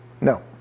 No